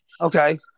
Okay